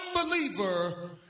unbeliever